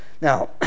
Now